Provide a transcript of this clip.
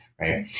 Right